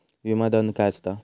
विमा धन काय असता?